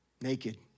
naked